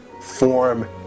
form